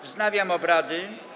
Wznawiam obrady.